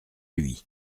lui